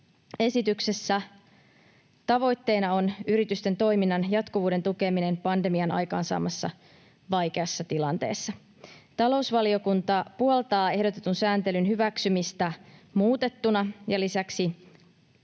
Esityksessä tavoitteena on yritysten toiminnan jatkuvuuden tukeminen pandemian aikaansaamassa vaikeassa tilanteessa. Talousvaliokunta puoltaa ehdotetun sääntelyn hyväksymistä muutettuna, ja lisäksi